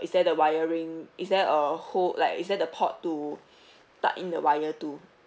is there the wiring is there a hole like is there the port to tuck in the wire to